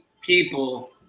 people